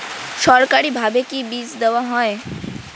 সরকারিভাবে কি বীজ দেওয়া হয়?